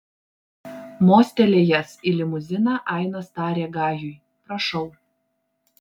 mostelėjęs į limuziną ainas tarė gajui prašau